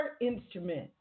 instrument